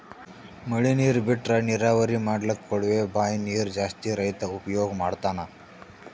ಮಳಿ ನೀರ್ ಬಿಟ್ರಾ ನೀರಾವರಿ ಮಾಡ್ಲಕ್ಕ್ ಕೊಳವೆ ಬಾಂಯ್ ನೀರ್ ಜಾಸ್ತಿ ರೈತಾ ಉಪಯೋಗ್ ಮಾಡ್ತಾನಾ